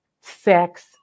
sex